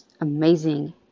amazing